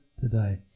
today